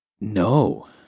No